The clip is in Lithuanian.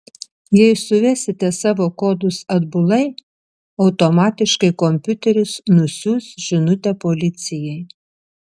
jei suvesite savo kodus atbulai automatiškai kompiuteris nusiųs žinutę policijai